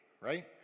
right